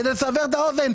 כדי לסבר את האוזן,